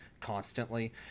constantly